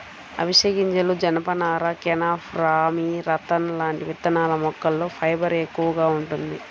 అవిశె గింజలు, జనపనార, కెనాఫ్, రామీ, రతన్ లాంటి విత్తనాల మొక్కల్లో ఫైబర్ ఎక్కువగా వుంటది